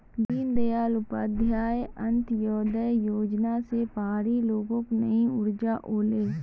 दीनदयाल उपाध्याय अंत्योदय योजना स पहाड़ी लोगक नई ऊर्जा ओले